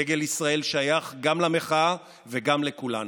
דגל ישראל שייך גם למחאה וגם לכולנו.